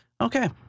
Okay